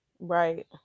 Right